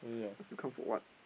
ask me come for [what]